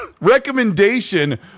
recommendation